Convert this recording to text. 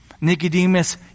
Nicodemus